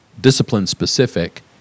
discipline-specific